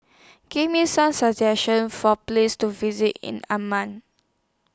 Give Me Some suggestions For Places to visit in Amman